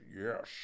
Yes